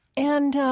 and,